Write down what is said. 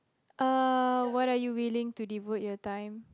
uh what are you willing to devote your time